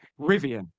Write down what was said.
Rivian